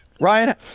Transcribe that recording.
Ryan